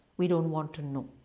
we don't want to know.